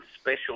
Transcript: Special